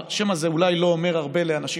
השם הזה אולי לא אומר הרבה לאנשים